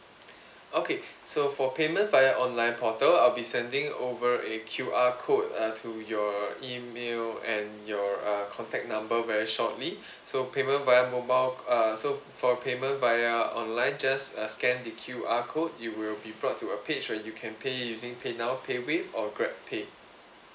okay so for payment via online portal I'll be sending over a Q_R code uh to your email and your uh contact number very shortly so payment via mobile uh so for payment via online just uh scan the Q_R code you will be brought to a page where you can pay using PayNow PayWave or GrabPay